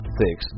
fix